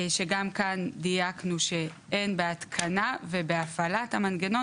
שבה דייקנו שאין בהתקנת ובהפעלת המנגנון